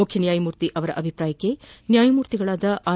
ಮುಖ್ಯನ್ಗಾಯಮೂರ್ತಿ ಅವರ ಅಭಿಪ್ರಾಯಕ್ತ ನ್ಗಾಯಮೂರ್ತಿಗಳಾದ ಆರ್